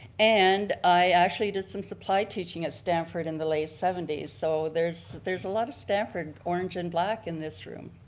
and i actually did some supply teaching at stamford in the late seventy s, so there's there's a lot of stamford orange and black in this room.